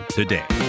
today